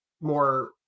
more